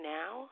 now